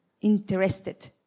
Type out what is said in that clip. interested